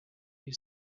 you